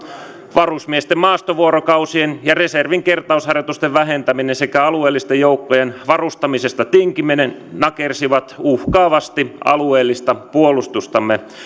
varusmiesten maastovuorokausien ja reservin kertausharjoitusten vähentäminen sekä alueellisten joukkojen varustamisesta tinkiminen nakersivat uhkaavasti alueellista puolustustamme